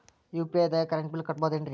UPI ದಾಗ current bill ಕಟ್ಟಬಹುದೇನ್ರಿ?